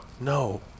no